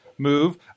Move